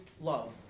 love